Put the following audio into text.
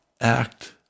act